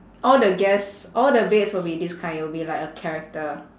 all the guests all the beds will be this kind it'll be like a character